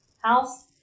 house